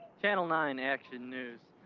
channel nine action news.